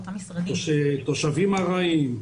תושבים ארעיים,